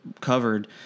covered